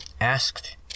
asked